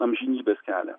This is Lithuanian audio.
amžinybės kelią